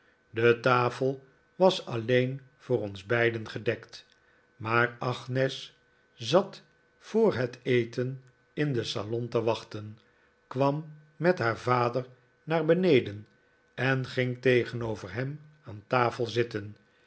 de tafel was alleen voor ons beiden gedekt maar agnes zat voor het eten in den salon te wachten kwam met haar vader naar beneden en ging tegenover hem aan tafel zitten